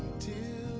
to